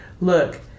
look